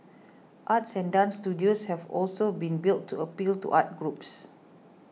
arts and dance studios have also been built to appeal to arts groups